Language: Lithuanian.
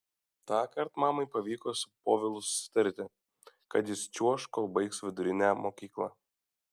tąkart mamai pavyko su povilu susitarti kad jis čiuoš kol baigs vidurinę mokyklą